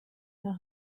noch